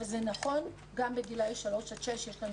זה נכון גם לגילי שלוש עד שש כאשר גם